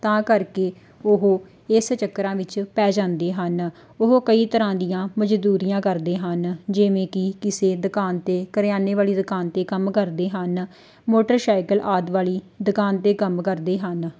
ਤਾਂ ਕਰਕੇ ਉਹ ਇਸ ਚੱਕਰਾਂ ਵਿੱਚ ਪੈ ਜਾਂਦੇ ਹਨ ਉਹ ਕਈ ਤਰ੍ਹਾਂ ਦੀਆਂ ਮਜ਼ਦੂਰੀਆਂ ਕਰਦੇ ਹਨ ਜਿਵੇਂ ਕਿ ਕਿਸੇ ਦੁਕਾਨ 'ਤੇ ਕਰਿਆਨੇ ਵਾਲੀ ਦੁਕਾਨ 'ਤੇ ਕੰਮ ਕਰਦੇ ਹਨ ਮੋਟਰ ਸਾਈਕਲ ਆਦਿ ਵਾਲੀ ਦੁਕਾਨ 'ਤੇ ਕੰਮ ਕਰਦੇ ਹਨ